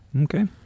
Okay